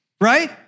right